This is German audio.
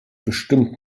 bestimmt